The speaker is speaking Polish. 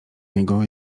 niego